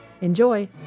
Enjoy